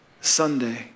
Sunday